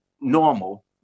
normal